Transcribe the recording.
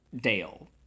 Dale